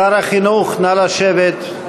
שר החינוך, נא לשבת.